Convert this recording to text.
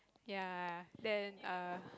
ya then err